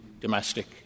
domestic